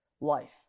life